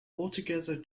altogether